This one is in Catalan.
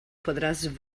podràs